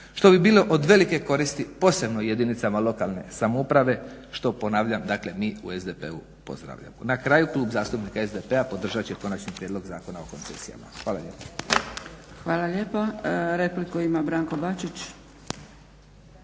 što bi bilo od velike koristi posebno jedinicama lokalne samouprave što ponavljam dakle mi u SDP-u pozdravljamo. Na kraju Klub zastupnika SDP-a podržat će Konačni prijedlog Zakona o koncesijama. Hvala lijepo. **Zgrebec, Dragica (SDP)** Hvala lijepo. Repliku ima Branko Bačić.